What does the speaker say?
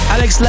Alex